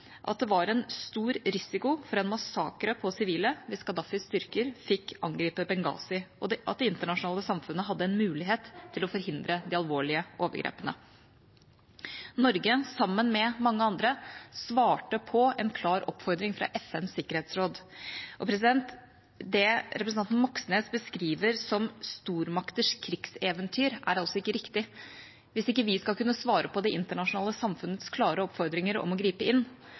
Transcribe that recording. at det var en stor risiko for en massakre på sivile hvis Gaddafis styrker fikk angripe Benghazi, og at det internasjonale samfunnet hadde en mulighet til å forhindre de alvorlige overgrepene. Norge, sammen med mange andre, svarte på en klar oppfordring fra FNs sikkerhetsråd, og det representanten Moxnes beskriver som «stormakters krigseventyr», er altså ikke riktig. Hvis ikke vi skal kunne svare på det internasjonale samfunnets klare oppfordringer om å gripe inn,